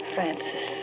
Francis